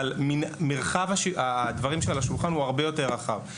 אבל מרחב הדברים שעל השולחן הוא הרבה יותר רחב.